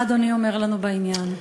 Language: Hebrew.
מה אדוני אומר לנו בעניין?